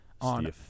on